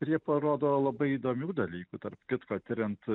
ir jie parodo labai įdomių dalykų tarp kitko tiriant